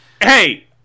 Hey